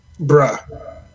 Bruh